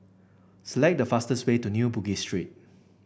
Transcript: select the fastest way to New Bugis Street